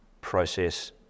process